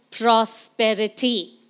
Prosperity